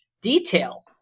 detail